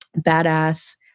badass